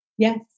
Yes